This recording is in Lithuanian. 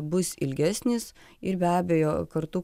bus ilgesnis ir be abejo kartu